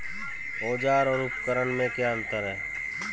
औज़ार और उपकरण में क्या अंतर है?